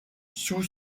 sous